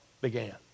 began